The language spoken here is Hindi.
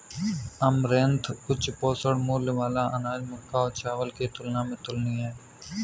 अमरैंथ उच्च पोषण मूल्य वाला अनाज मक्का और चावल की तुलना में तुलनीय है